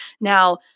Now